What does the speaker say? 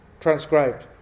transcribed